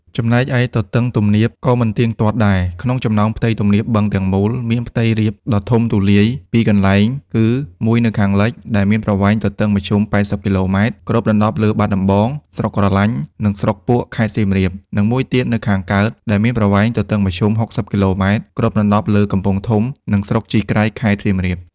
ចំណែកឯទទឹងទំនាបក៏មិនទៀងទាត់ដែរ ក្នុងចំណោមផ្ទៃទំនាបបឹងទាំងមូល មានផ្ទៃរាបដ៏ធំទូលាយពីរកន្លែង គឺមួយនៅខាងលិច ដែលមានប្រវែងទទឹងមធ្យម ៨០ គីឡូម៉ែត្រ គ្របដណ្ដប់លើបាត់ដំបង ស្រុកក្រឡាញ់ និងស្រុកពួក ខេត្តសៀមរាប និងមួយទៀតនៅខាងកើត ដែលមានប្រវែងទទឹងមធ្យម ៦០ គីឡូម៉ែត្រ គ្របដណ្ដប់លើកំពង់ធំ និងស្រុកជីក្រែង ខេត្តសៀមរាប។